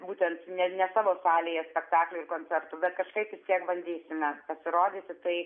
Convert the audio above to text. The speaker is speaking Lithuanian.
būtent ne ne savo salėje spektaklių ir koncertų bet kažkaip vis tiek bandysime pasirodyti tai